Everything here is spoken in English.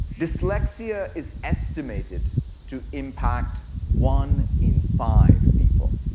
dyslexia is estimated to impact one in five people.